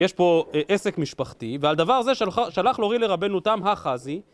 יש פה עסק משפחתי, ועל דבר זה שלח לו ר"י לרבנו תם הא חזי